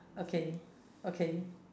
okay okay